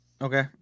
Okay